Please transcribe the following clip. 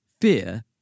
Fear